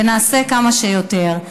ונעשה כמה שיותר.